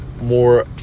more